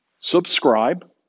subscribe